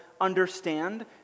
understand